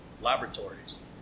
laboratories